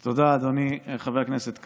תודה, אדוני חבר הכנסת כסיף.